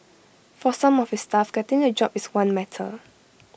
for some of his staff getting A job is one matter